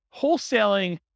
wholesaling